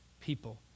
people